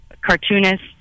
cartoonist